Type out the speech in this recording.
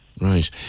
Right